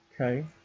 Okay